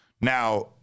now